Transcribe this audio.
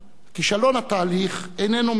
כישלון התהליך איננו מקרי.